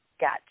got